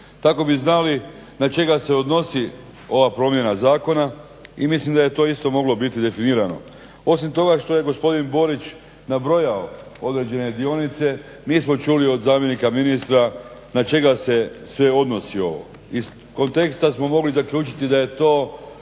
Tako bi znali na čega se odnosi ova promjena zakona i mislim da je to isto moglo biti definirano. Osim toga što je gospodin Borić nabrojao određene dionice nismo čuli od zamjenika ministra na čega se sve odnosi ovo. Iz konteksta smo mogli zaključiti da je to